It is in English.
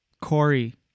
Corey